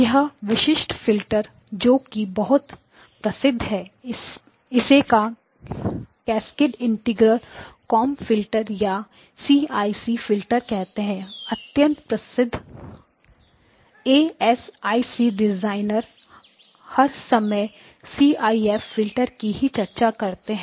यह विशिष्ट फिल्टर जो कि बहुत प्रसिद्ध है इसे का कैस्केड इंटीग्रेटर कोंब फिल्टर या सीआईसी फिल्टर कहते हैं अत्यंत प्रसिद्ध एएसआईसी डिज़ाइनर हर समय सीआईसी फिल्टर की ही चर्चा करते हैं